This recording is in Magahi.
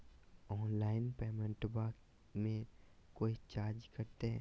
ऑनलाइन पेमेंटबां मे कोइ चार्ज कटते?